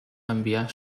enviar